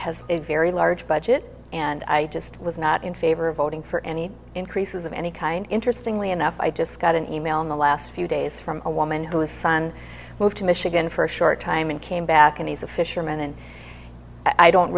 has a very large budget and i just was not in favor of voting for any increases of any kind interestingly enough i just got an e mail in the last few days from a woman whose son moved to michigan for a short time and came back and he's a fisherman and i don't